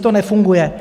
To nefunguje.